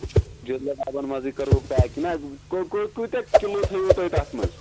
جِلدٕ ڈَبَن منٛزٕے کٔروٕ پیک کۭتیٛاہ کِلوٗ تھٲیوُ تۄہہِ تَتھ منٛز